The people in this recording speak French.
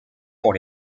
pour